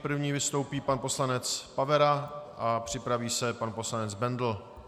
V první vystoupí pan poslanec Pavera a připraví se pan poslanec Bendl.